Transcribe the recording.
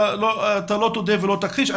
אתה לא תודה ולא תכחיש,